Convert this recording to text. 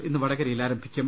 ഇന്ന് വടകരയിൽ ആരംഭിക്കും